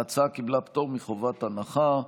ההצעה קיבלה פטור מחובת הנחה,